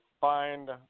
find